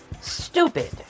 stupid